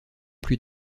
plus